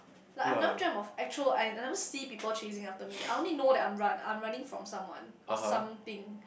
like I've never dreamt of actual I never see people chasing after me I only know that I'm run I'm running from someone or something